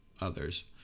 others